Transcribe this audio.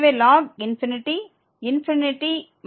எனவே மற்றும் divided by ln x